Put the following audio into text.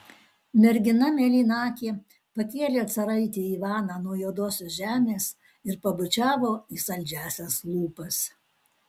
mergina mėlynakė pakėlė caraitį ivaną nuo juodosios žemės ir pabučiavo į saldžiąsias lūpas